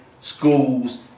schools